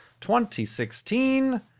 2016